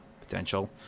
potential